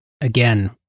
again